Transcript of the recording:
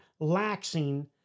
laxing